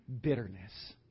Bitterness